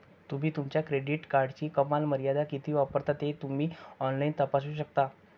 तुम्ही तुमच्या क्रेडिट कार्डची कमाल मर्यादा किती वापरता ते तुम्ही ऑनलाइन तपासू शकता